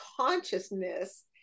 consciousness